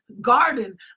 garden